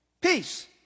Peace